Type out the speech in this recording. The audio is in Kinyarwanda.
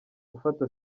gufata